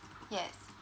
yes